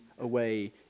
away